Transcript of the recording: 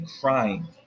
crying